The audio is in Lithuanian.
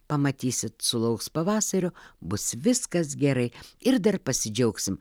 pamatysit sulauks pavasario bus viskas gerai ir dar pasidžiaugsim